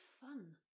fun